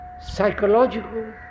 psychological